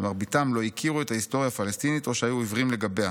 שמרביתם לא הכירו את ההיסטוריה הפלסטינית או שהיו עיוורים לגביה,